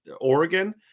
Oregon